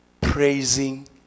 praising